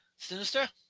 Sinister